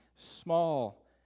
small